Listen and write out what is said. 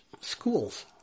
schools